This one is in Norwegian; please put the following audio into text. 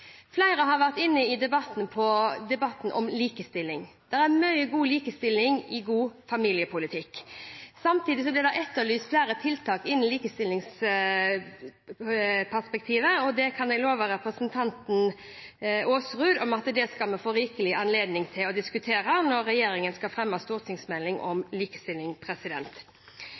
Flere har i debatten vært inne på likestilling. Det er mye god likestilling i god familiepolitikk. Samtidig blir det etterlyst flere tiltak innen likestillingsperspektivet, og det kan jeg love representanten Aasrud at vi skal få rikelig anledning til å diskutere når regjeringen skal fremme stortingsmelding om likestilling.